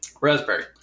Raspberry